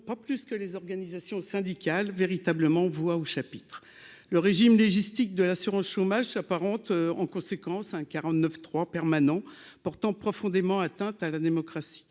pas plus que les organisations syndicales véritablement voix au chapitre, le régime logistique de l'assurance chômage s'apparente en conséquence, hein. 49 3 permanent pourtant profondément atteinte à la démocratie,